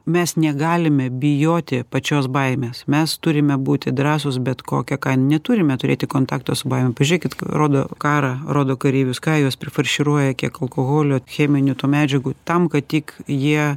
mes negalime bijoti pačios baimės mes turime būti drąsūs bet kokia kaina neturime turėti kontakto su baime pažiūrėkit rodo karą rodo kareivius ką juos prifarširuoja kiek alkoholio cheminių medžiagų tam kad tik jie